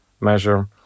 measure